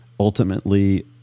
Ultimately